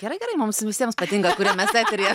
gerai gerai mums visiems patinka kuriam mes eteryje